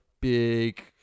big